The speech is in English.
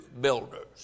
builders